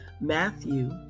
Matthew